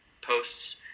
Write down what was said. posts